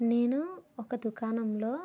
నేను ఒక దుకాణంలో